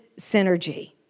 synergy